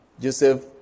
Joseph